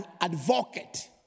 advocate